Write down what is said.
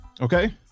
okay